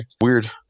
weird